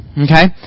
Okay